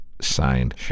signed